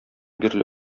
бирле